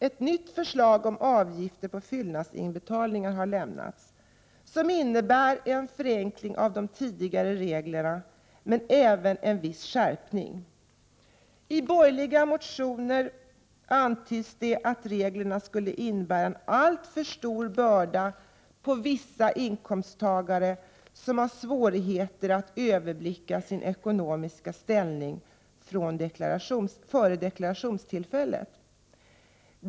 Ett nytt förslag om avgift på fyllnadsinbetalningar har lämnats, som innebär en förenkling av de tidigare reglerna men även en viss skärpning. I borgerliga motioner antyds att de nya reglerna skulle innebära en alltför stor börda för vissa inkomsttagare, som har svårigheter att överblicka sin ekonomiska ställning före deklarationstillfället.